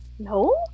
No